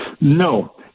No